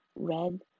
red